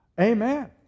Amen